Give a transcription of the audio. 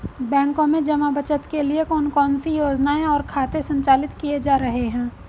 बैंकों में जमा बचत के लिए कौन कौन सी योजनाएं और खाते संचालित किए जा रहे हैं?